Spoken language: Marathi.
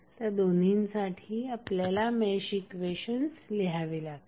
त्या दोन्हींसाठी आपल्याला मेश इक्वेशन्स लिहावे लागतील